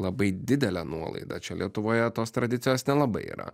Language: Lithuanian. labai didelė nuolaida čia lietuvoje tos tradicijos nelabai yra